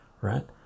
right